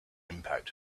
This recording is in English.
impact